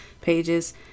pages